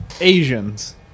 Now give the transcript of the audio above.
Asians